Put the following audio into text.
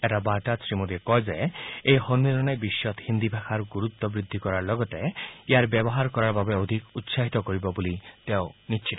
এটা বাৰ্তাত শ্ৰীমোডীয়ে কয় যে এই সম্মিলনে বিশ্বত হিন্দী ভাষাৰ গুৰুত্ব বৃদ্ধি কৰাৰ লগতে ইয়াৰ ব্যৱহাৰ কৰাৰ বাবে অধিক উৎসাহিত কৰিব বুলি তেওঁ নিশ্চিত